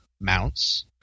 mounts